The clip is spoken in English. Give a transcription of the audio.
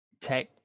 tech